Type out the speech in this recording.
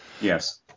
Yes